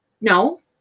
No